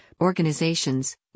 organizations